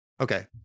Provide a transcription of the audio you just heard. Okay